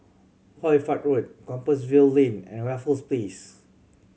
Hoy Fatt Road Compassvale Lane and Raffles Place